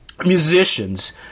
musicians